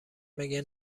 مگه